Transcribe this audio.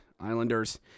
Islanders